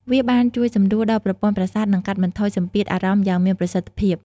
វាបានជួយសម្រួលដល់ប្រព័ន្ធប្រសាទ និងកាត់បន្ថយសម្ពាធអារម្មណ៍យ៉ាងមានប្រសិទ្ធភាព។